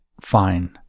fine